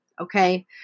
okay